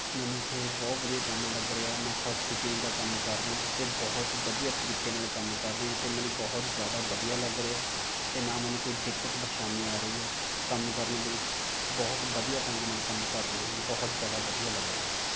ਮੈਨੂੰ ਇੱਥੇ ਬਹੁਤ ਵਧੀਆ ਕੰਮ ਲੱਗ ਰਿਹਾ ਮੈਂ ਹਾਊਸਪਿਕਿੰਗ ਦਾ ਕੰਮ ਕਰ ਰਿਹਾ ਅਤੇ ਬਹੁਤ ਵਧੀਆ ਤਰੀਕੇ ਨਾਲ ਕੰਮ ਕਰ ਰਿਹਾ ਅਤੇ ਮੈਨੂੰ ਬਹੁਤ ਜ਼ਿਆਦਾ ਵਧੀਆ ਲੱਗ ਰਿਹਾ ਅਤੇ ਨਾ ਮੈਨੂੰ ਕੋਈ ਦਿੱਕਤ ਪਰੇਸ਼ਾਨੀ ਆ ਰਹੀ ਆ ਕੰਮ ਕਰਨੇ ਦੇ ਵਿੱਚ ਬਹੁਤ ਵਧੀਆ ਢੰਗ ਨਾਲ ਕੰਮ ਕਰ ਰਿਹਾ ਬਹੁਤ ਜ਼ਿਆਦਾ ਵਧੀਆ ਲੱਗ ਰਿਹਾ